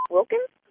Wilkins